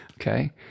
Okay